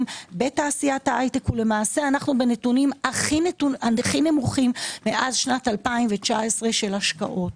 בתעשיית ההייטק ואנו בנתונים הכי נמוכים מאז שנת 2019 של השקעות.